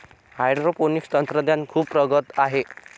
hydroponics तंत्रज्ञान खूप प्रगत आहे